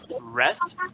rest